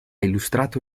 illustrato